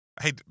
hey